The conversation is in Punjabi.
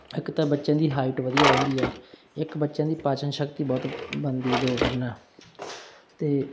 ਇੱਕ ਤਾਂ ਬੱਚਿਆਂ ਦੀ ਹਾਈਟ ਵਧੀਆ ਰਹਿੰਦੀ ਆ ਇੱਕ ਬੱਚਿਆਂ ਦੀ ਪਾਚਣ ਸ਼ਕਤੀ ਬਹੁਤ ਬਣਦੀ ਯੋਗ ਕਰਨ ਨਾਲ ਅਤੇ